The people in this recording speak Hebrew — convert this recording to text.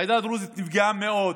העדה הדרוזית נפגעה מאוד,